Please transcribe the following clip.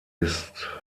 ist